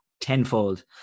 tenfold